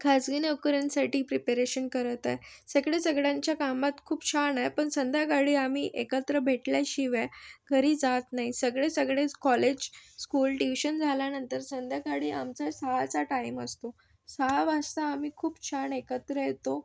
खाजगी नोकऱ्यांसाठी प्रिपरेशन करत आहे सगळे सगळ्यांच्या कामात खूप छान आहे पण संध्याकाळी आम्ही एकत्र भेटल्याशिवाय घरी जात नाही सगळे सगळेच कॉलेज स्कूल ट्यूशन झाल्यानंतर संध्याकाळी आमचा सहाचा टाईम असतो सहा वाजता आम्ही खूप छान एकत्र येतो